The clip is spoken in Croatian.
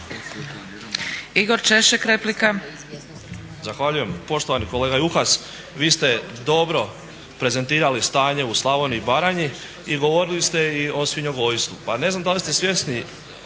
Igor Češek, replika.